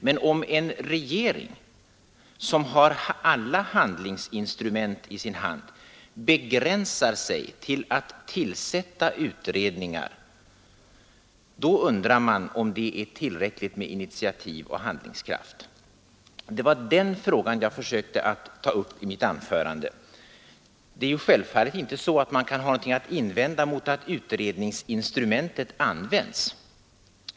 Men om en regering som har alla handlingsinstrument i sin hand begränsar sig till att tillsätta utredningar, då undrar man om initiativoch handlingskraften är tillräcklig. Det var den frågan jag tog upp i mitt anförande. Vi har självfallet ingenting att invända mot att utredningsinstrumentet används.